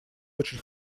очень